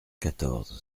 quatorze